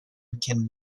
can